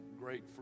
great